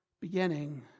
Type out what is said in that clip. beginning